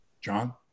John